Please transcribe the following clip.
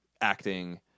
acting